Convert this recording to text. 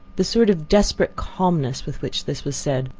the sort of desperate calmness with which this was said,